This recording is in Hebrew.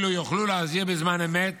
אלו יוכלו להזהיר בזמן אמת